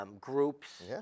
Groups